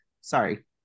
Sorry